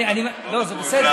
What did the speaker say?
אני, אני, לא, זה בסדר.